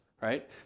right